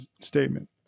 statement